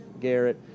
Garrett